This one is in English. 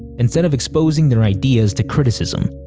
instead of exposing their ideas to criticism,